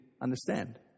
understand